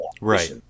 Right